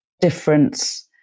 difference